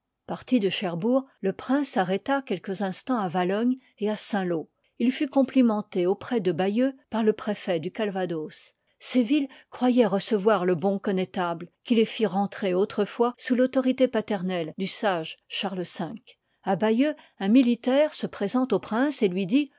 parti de cherbourg le prince s'arrêta quelques instans à valognes et à saint-lô jl fut complimenté auprès de bayeux par le préfet du calvados ces villes croy oient revoir le bon connétable qui les fit rentrer autrefois sous l'autorité paternelle du sage charles v a bayeux un militaire se présente au prince et lui dit